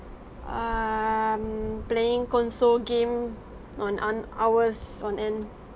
err um playing console game on on hours on end